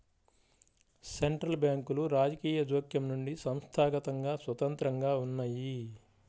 central బ్యాంకులు రాజకీయ జోక్యం నుండి సంస్థాగతంగా స్వతంత్రంగా ఉన్నయ్యి